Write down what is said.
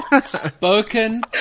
Spoken